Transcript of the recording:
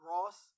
Ross